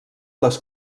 les